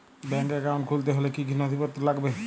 Bank account খুলতে হলে কি কি নথিপত্র লাগবে?